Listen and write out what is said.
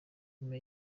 nyuma